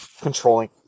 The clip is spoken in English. controlling